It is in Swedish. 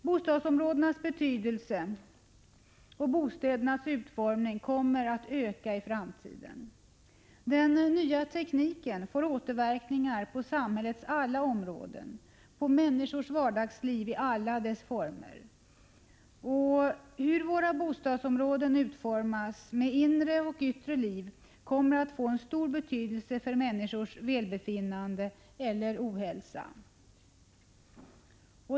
Bostadsområdena och bostädernas utformning kommer att öka i betydelse i framtiden. Den nya tekniken får återverkningar på samhällets alla områden, på människors vardagsliv i alla dess former. Hur våra bostadsområden utformas, med inre och yttre liv, kommer att få stor betydelse för människors välbefinnande eller ohälsa.